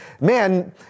man